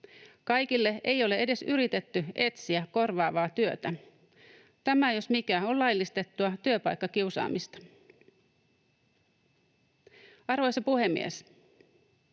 Kaikille ei ole edes yritetty etsiä korvaavaa työtä. Tämä jos mikä on laillistettua työpaikkakiusaamista. Arvoisa puhemies!